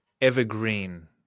evergreen